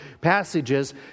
passages